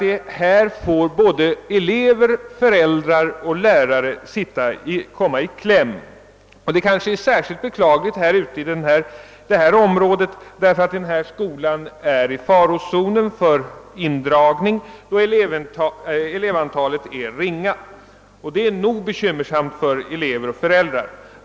Det är nödvändigt, ty genom paragrafens olyckliga utformning kommer elever, lärare och föräldrar i kläm. Detta är särskilt beklagligt i det aktuella området, eftersom skolan i fråga står under hotet av att bli indragen på grund av att elevantalet är ringa. Detta är nog bekymmersamt för elever och föräldrar.